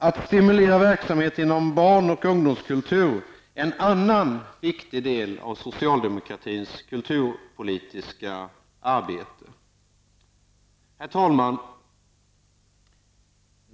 Att stimulera verksamhet inom barn och ungdomskulturen är en annan viktig del av socialdemokratins kulturpolitiska arbete. Herr talman!